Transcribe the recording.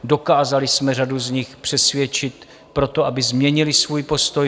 Dokázali jsme řadu z nich přesvědčit pro to, aby změnili svůj postoj.